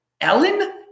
Ellen